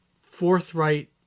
forthright